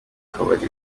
kabari